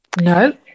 No